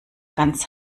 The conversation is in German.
ganz